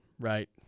right